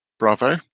Bravo